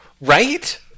Right